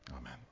Amen